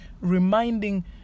reminding